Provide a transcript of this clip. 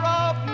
up